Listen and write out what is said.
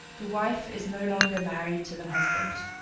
the wife is no longer married to the husband.